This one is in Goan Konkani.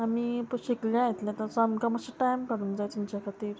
आमी पळय शिकल्या येतले तसो आमकां मातशें टायम काडूंक जाय तुमच्या खातीर